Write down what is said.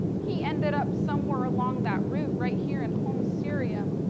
he ended up somewhere along that root right here in homs syria.